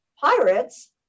pirates